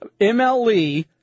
MLE